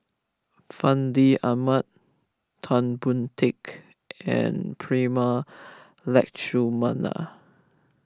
Fandi Ahmad Tan Boon Teik and Prema Letchumanan